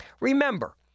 Remember